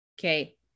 okay